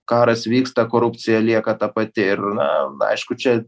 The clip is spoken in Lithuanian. karas vyksta korupcija lieka ta pati ir na aišku čia